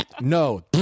no